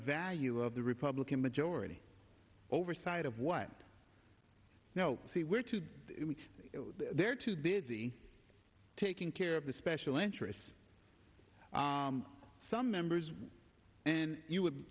value of the republican majority oversight of what i know see where today they're too busy taking care of the special interests some members and you would